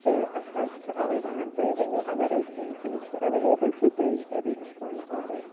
تہٕ اَسہِ حظ چھِ اَوَے وَنان تُہۍ ؤنو اگر اَتہِ یِم چیٖز چھِ اَویلیبل تہٕ تُہۍ رٔٹِو سون آڈَر